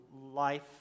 life